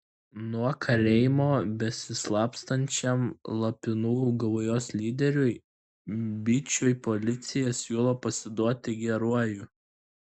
nuo kalėjimo besislapstančiam lapinų gaujos lyderiui byčiui policija siūlo pasiduoti geruoju